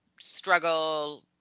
struggle